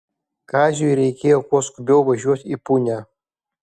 kaziui reikėjo kuo skubiau važiuot į punią